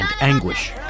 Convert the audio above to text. anguish